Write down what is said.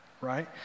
right